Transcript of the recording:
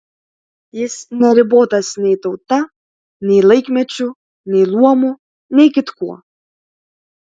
jis neribotas nei tauta nei laikmečiu nei luomu nei kitkuo